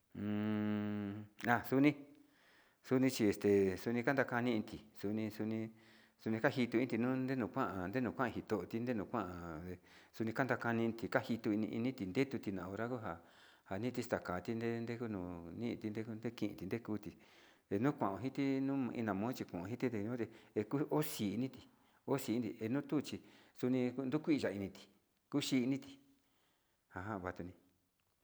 njan xuni xuni chi este xuni njanda kani xuni xuni xuni njajinio iti nuu ndenukan ndenuu, kuan njito ndenukuan nde xuni kanda kani tikanjinoti tuni tindetu tia na hora oha njandi takandi ne'e ndeguo nuni tindeku neki tindekuti, ndenukan njiti numei nina kuu xhei mite ndeku oxini iti oxini kuchi kuni yuu kui na'a ini kuu xhiniti ajan vatini.